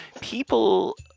People